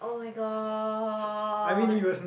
[oh]-my-god